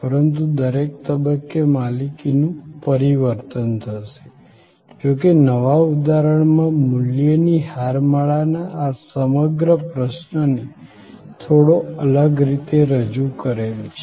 પરંતુ દરેક તબક્કે માલિકીનું પરિવર્તન થશે જો કે નવા ઉદાહરણમાં મૂલ્યની હારમાળાના આ સમગ્ર પ્રશ્નને થોડો અલગ રીતે રજુ કરેલ છે